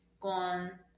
con